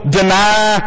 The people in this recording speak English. deny